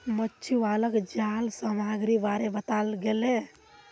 मछुवालाक जाल सामग्रीर बारे बताल गेले